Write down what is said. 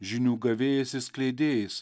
žinių gavėjais ir skleidėjais